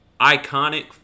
iconic